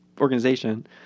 organization